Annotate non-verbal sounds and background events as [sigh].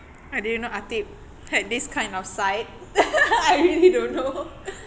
I didn't know ateeb had this kind of side [laughs] I really don't know